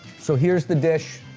so here's the dish.